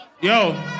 Yo